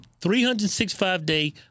365-day